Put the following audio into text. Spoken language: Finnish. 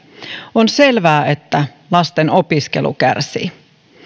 on selvää että lasten opiskelu kärsii